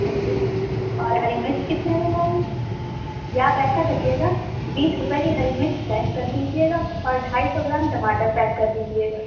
کہیے اور ہری مرچ کتنے میں ہوگی یا آپ ایسا کریے گا بیس روپیے کی ہری مرچ پیک کر دیجیے گا اور ڈھائی سو گرام ٹماٹر پیک کر دیجیے گا